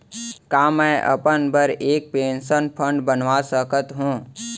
का मैं अपन बर एक पेंशन फण्ड बनवा सकत हो?